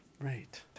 Right